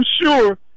sure